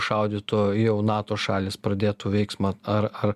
šaudytų jau nato šalys pradėtų veiksmą ar ar